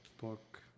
book